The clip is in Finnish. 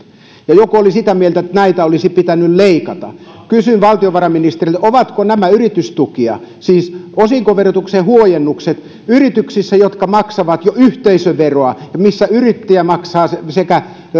ja joku oli sitä mieltä että näitä olisi pitänyt leikata kysyn valtiovarainministeriltä ovatko nämä yritystukia siis osinkoverotuksen huojennukset yrityksissä jotka maksavat jo yhteisöveroa ja joissa yrittäjä maksaa sekä